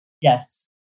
Yes